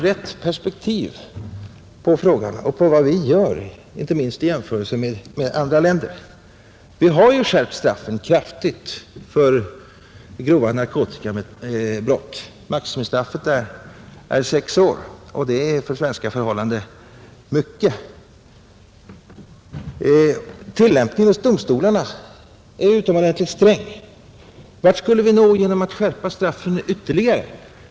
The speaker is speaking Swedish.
Men vi har ju skärpt straffen kraftigt för grova narkotikabrott. Maximistraffet är sex år, och det är för svenska förhållanden mycket. Tillämpningen hos domstolarna är utomordentligt sträng. Vart skulle vi nå genom att skärpa straffen ytterligare?